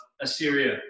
Assyria